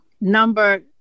Number